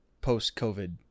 post-COVID